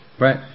Right